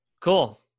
Cool